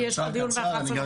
כי יש לך דיון ב־11:30.